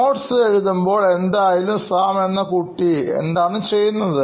notes എഴുതുമ്പോൾ എന്തായാലും Sam എന്ന കുട്ടി ചെയ്യുന്നത്